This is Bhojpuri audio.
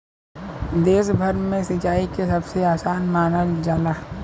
देश भर में सिंचाई के सबसे आसान मानल जाला